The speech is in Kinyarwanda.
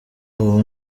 ubu